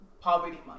poverty